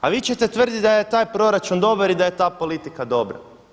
A vi ćete tvrditi da je taj proračun dobar i da je ta politika dobra.